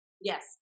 Yes